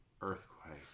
earthquake